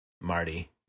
Marty